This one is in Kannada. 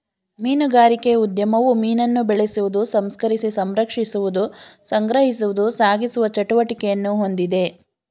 ಮೀನುಗಾರಿಕೆ ಉದ್ಯಮವು ಮೀನನ್ನು ಬೆಳೆಸುವುದು ಸಂಸ್ಕರಿಸಿ ಸಂರಕ್ಷಿಸುವುದು ಸಂಗ್ರಹಿಸುವುದು ಸಾಗಿಸುವ ಚಟುವಟಿಕೆಯನ್ನು ಹೊಂದಿದೆ